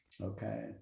okay